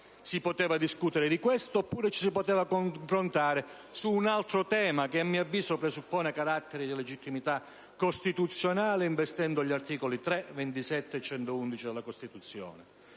Si poteva discutere di questo oppure ci si poteva confrontare su un altro tema che - a mio avviso - pone questioni di legittimità costituzionale, investendo gli articoli 3, 27 e 111 della Costituzione.